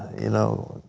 you know,